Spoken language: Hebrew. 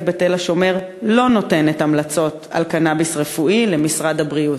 בתל-השומר לא נותנת המלצות על קנאביס רפואי למשרד הבריאות.